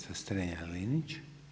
Strenja-Linić.